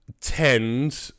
tend